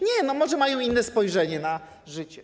Nie, może mają inne spojrzenie na życie.